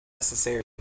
necessary